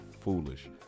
foolish